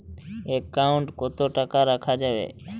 Account কত টাকা রাখা যাবে?